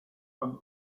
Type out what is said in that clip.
and